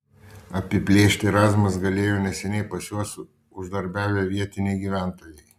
apiplėšti razmas galėjo neseniai pas juos uždarbiavę vietiniai gyventojai